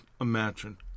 imagine